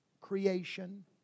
creation